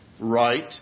right